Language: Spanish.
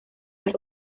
las